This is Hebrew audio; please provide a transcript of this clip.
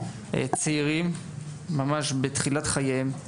צעירים ממש בתחילת חייהם.